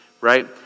Right